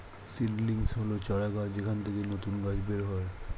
seedlings হল চারাগাছ যেখান থেকে নতুন গাছ বের হয়